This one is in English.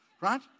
right